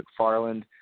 McFarland